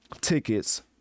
tickets